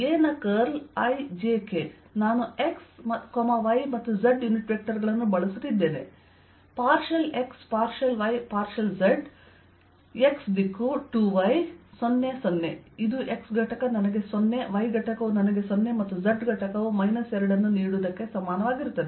A ನ curl i j k ನಾನು x y ಮತ್ತು z ಯುನಿಟ್ ವೆಕ್ಟರ್ ಗಳನ್ನು ಬಳಸುತ್ತಿದ್ದೇನೆ partial x partial y partial z x ದಿಕ್ಕು 2y 0 0 ಇದು x ಘಟಕ ನನಗೆ 0 y ಘಟಕವು ನನಗೆ 0 ಮತ್ತು z ಘಟಕವು 2 ಅನ್ನು ನೀಡುವುದಕ್ಕೆ ಸಮಾನವಾಗಿರುತ್ತದೆ